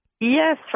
Yes